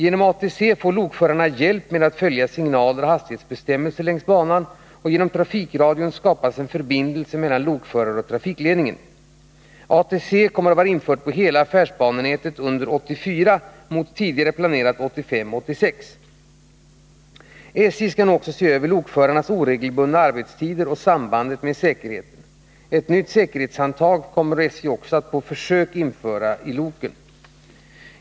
Genom ATC får lokförarna hjälp med att följa signaler och hastighetsbestämmelser längs banan, och genom trafikradion skapas en förbindelse mellan lokföraren och trafikledningen. ATC kommer att vara infört på hela affärsbanenätet under 1984 mot tidigare planerat 1985/86. SJ ser nu också över lokförarnas oregelbundna arbetstider och sambandet med säkerheten. Ett nytt säkerhetshandtag kommer SJ vidare att på försök införa i loken.